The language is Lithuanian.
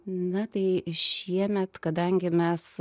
na tai šiemet kadangi mes